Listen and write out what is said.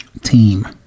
Team